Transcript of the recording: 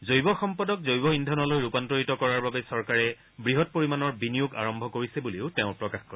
জৈৱ সম্পদক জৈৱ ইন্ধনলৈ ৰূপান্তৰিত কৰাৰ বাবে চৰকাৰে বৃহৎ পৰিমাণৰ বিনিয়োগ আৰম্ভ কৰিছে বুলিও তেওঁ প্ৰকাশ কৰে